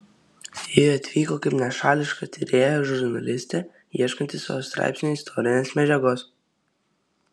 ji atvyko kaip nešališka tyrėja žurnalistė ieškanti savo straipsniui istorinės medžiagos